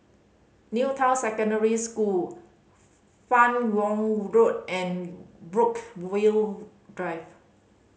New Town Secondary School Fan Yoong Road and Brookvale Drive